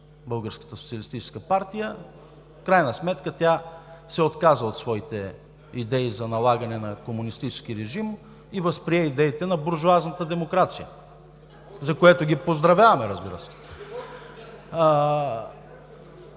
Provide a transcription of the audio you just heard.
Българската социалистическа партия. В крайна сметка тя се отказа от своите идеи за налагане на комунистическия режим и възприе идеите на буржоазната демокрация, за което ги поздравяваме, разбира се!